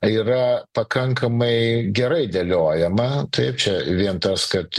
yra pakankamai gerai dėliojama tai čia vien tas kad